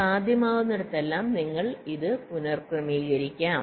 അതിനാൽ സാധ്യമാകുന്നിടത്തെല്ലാം നിങ്ങൾക്ക് ഇത് പുനഃക്രമീകരിക്കാം